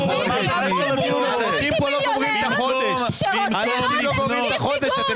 אנשים לא גומרים את החודש, אתם